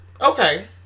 okay